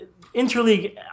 Interleague